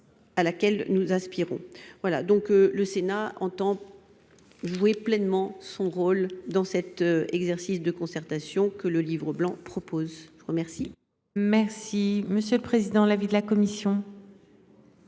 À laquelle nous aspirons voilà donc le Sénat entend. Jouer pleinement son rôle dans cet exercice de concertation que le livre blanc propose, je vous remercie. Merci monsieur le président. L'avis de la commission.